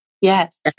Yes